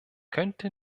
könnte